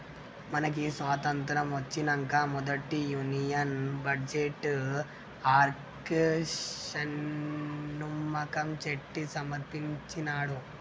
మనకి స్వతంత్రం ఒచ్చినంక మొదటి union budget R K Shanmukham Chetty సమర్పించినాడు